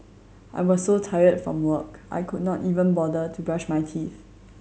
I was so tired from work I could not even bother to brush my teeth